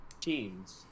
teams